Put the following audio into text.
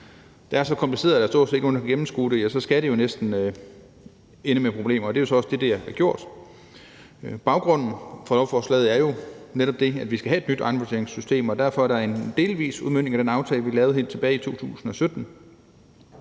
som er så kompliceret, at der stort set ikke er nogen, der kan gennemskue det, skal jo næsten ende med problemer, og det er så også det, det har gjort. Baggrunden for lovforslaget er jo netop, at vi skal have et nyt ejendomsvurderingssystem, og derfor er det en delvis udmøntning af den aftale, vi lavede helt tilbage i 2017.